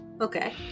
okay